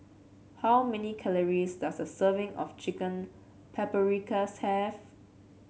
how many calories does a serving of Chicken Paprikas have